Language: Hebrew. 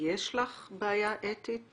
יש לך בעיה אתית